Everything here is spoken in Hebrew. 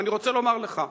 ואני רוצה לומר לך,